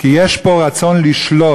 כי יש פה רצון לשלוט.